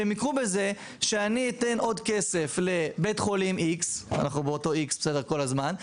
שהם יקרו כשאני אתן עוד כסף לבית חולים X ואנחנו באותו X כל הזמן,